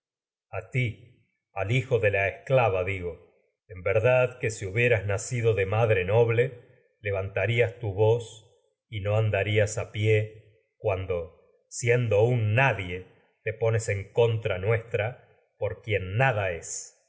a ti al hijo de la esclava digo noble le un verdad que si hubieras nacido de madre vantarías tu voz y no andarías'a pie cuando siendo nadie te perjuras y pones en contra nuestra por quien nada es